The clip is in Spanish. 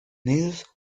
nidos